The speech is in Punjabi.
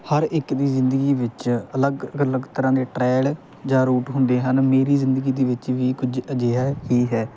ਹਰ ਇੱਕ ਦੀ ਜ਼ਿੰਦਗੀ ਵਿੱਚ ਅਲੱਗ ਅਲੱਗ ਤਰ੍ਹਾਂ ਦੇ ਟਰਾਇਲ ਜਾਂ ਰੂਟ ਹੁੰਦੇ ਹਨ ਮੇਰੀ ਜ਼ਿੰਦਗੀ ਦੇ ਵਿੱਚ ਵੀ ਕੁਝ ਅਜਿਹਾ ਹੀ ਹੈ